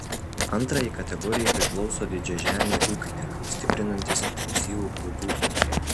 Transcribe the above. antrajai kategorijai priklauso didžiažemiai ūkininkai stiprinantys intensyvų grūdų ūkį